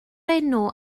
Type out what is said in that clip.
enw